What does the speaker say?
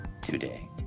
Today